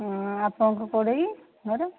ହଁ ଆପଣଙ୍କ କୋଉଟା କି ଘର